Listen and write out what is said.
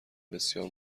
بسیار